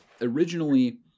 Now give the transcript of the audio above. Originally